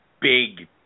big